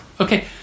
Okay